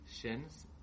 Shins